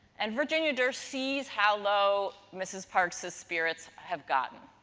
and, virginia durr sees how low mrs. parks' ah spirits have gotten.